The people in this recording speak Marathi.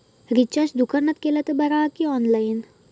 रिचार्ज दुकानात केला तर बरा की ऑनलाइन?